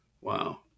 Wow